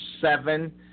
seven